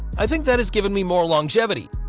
i think that has given me more longevity.